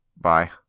Bye